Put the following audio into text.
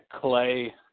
Clay